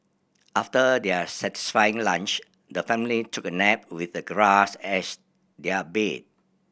after their satisfying lunch the family took a nap with the grass as their bed